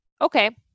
okay